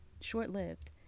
short-lived